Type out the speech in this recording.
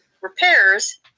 repairs